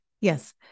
Yes